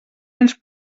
ens